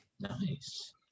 nice